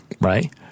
right